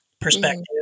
perspective